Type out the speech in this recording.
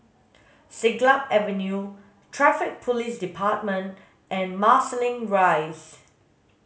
Siglap Avenue Traffic Police Department and Marsiling Rise